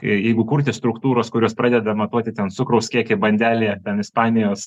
e jeigu kurti struktūros kurios pradeda matuot ten cukraus kiekį bandelėje ten ispanijos